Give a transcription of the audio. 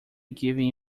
giving